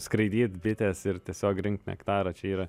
skraidyt bitės ir tiesiog rinkt nektarą čia yra